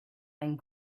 and